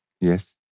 Yes